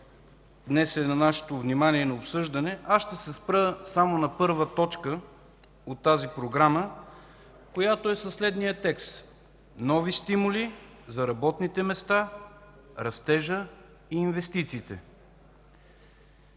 днес е на нашето внимание на обсъждане, ще се спра само на първа точка от тази програма, която е със следния текст: „Нови стимули за работните места, растежа и инвестициите”.